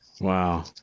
Wow